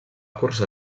cursar